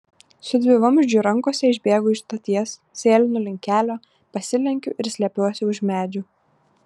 su dvivamzdžiu rankose išbėgu iš stoties sėlinu link kelio pasilenkiu ir slepiuosi už medžių